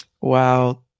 Wow